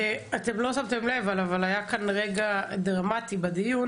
אתם לא שמתם לב, אבל היה כאן רגע דרמטי בדיון